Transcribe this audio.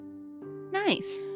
nice